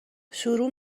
شروع